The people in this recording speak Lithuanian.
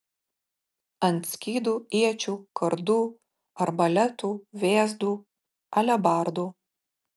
ant skydų iečių kardų arbaletų vėzdų alebardų